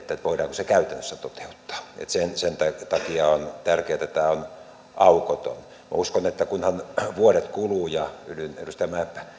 voidaanko se käytännössä toteuttaa eli sen takia on tärkeää että tämä on aukoton uskon että kunhan vuodet kuluvat ja yhdyn edustaja